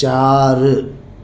चार